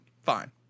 fine